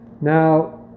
Now